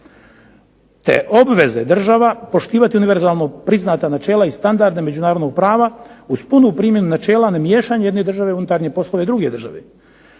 te obveze država poštivati univerzalno priznata načela i standarde međunarodnog prava uz punu primjenu načela nemiješanja jedne države u unutarnje poslove druge države.